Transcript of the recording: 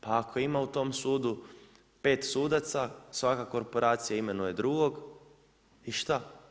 Pa ako ima u tom sudu 5 sudaca, svaka korporacija imenuje drugog i šta?